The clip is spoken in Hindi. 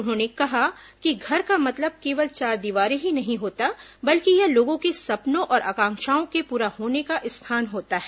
उन्होंने कहा कि घर का मतलब केवल चार दीवारे ही नहीं होता बल्कि यह लोगों के सपनों और आकांक्षाओं के पूरा होने का स्थान होता है